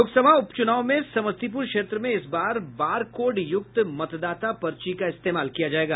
लोकसभा उप चुनाव में समस्तीपुर क्षेत्र में इस बार बार कोड युक्त मतदाता पर्ची का इस्तेमाल किया जायेगा